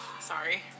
sorry